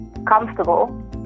Comfortable